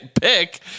pick